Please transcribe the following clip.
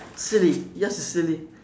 silly yous is silly